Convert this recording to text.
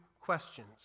questions